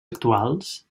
actuals